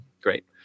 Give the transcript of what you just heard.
great